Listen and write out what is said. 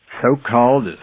So-called